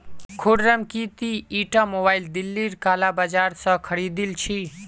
खुर्रम की ती ईटा मोबाइल दिल्लीर काला बाजार स खरीदिल छि